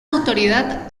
autoridad